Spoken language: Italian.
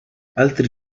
altri